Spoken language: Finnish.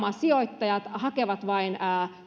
suomen kasvottomat pääomasijoittajat hakevat vain